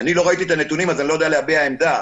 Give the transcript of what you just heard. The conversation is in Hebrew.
לא ראיתי את הנתונים אז אני לא יודע להביע עמדה,